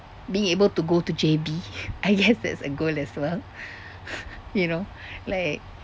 being able to go to J_B I guess that's a goal as well you know like